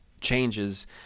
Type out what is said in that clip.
changes